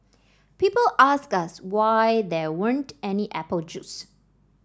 people asked us why there weren't any apple juice